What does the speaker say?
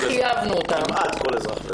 כמעט כל אזרח.